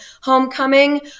homecoming